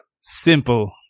Simple